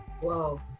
Whoa